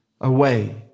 away